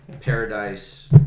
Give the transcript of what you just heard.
Paradise